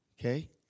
okay